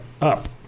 up